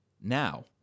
Now